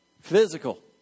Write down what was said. physical